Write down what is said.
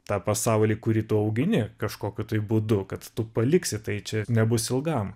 tą pasaulį kurį tu augini kažkokiu būdu kad tu paliksi tai čia nebus ilgam